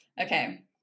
Okay